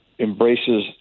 embraces